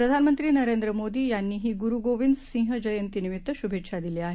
प्रधानमंत्री नरेन्द्र मोदी यांनीही गुरू गोबिन्द सिंह जयन्ती निमित्त शुभेच्छा दिल्या आहेत